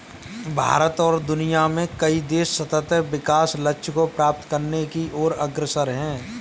भारत और दुनिया में कई देश सतत् विकास लक्ष्य को प्राप्त करने की ओर अग्रसर है